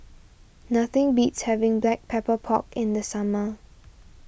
nothing beats having Black Pepper Pork in the summer